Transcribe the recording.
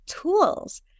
tools